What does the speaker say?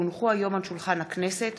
כי הונחו היום על שולחן הכנסת